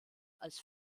als